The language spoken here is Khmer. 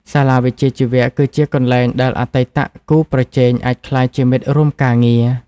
សាលាវិជ្ជាជីវៈគឺជាកន្លែងដែលអតីតគូប្រជែងអាចក្លាយជាមិត្តរួមការងារ។